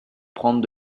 prendre